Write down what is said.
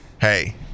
hey